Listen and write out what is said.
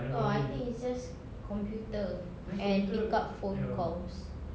no I think it's just computer and pick up phone calls